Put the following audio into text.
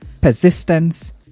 Persistence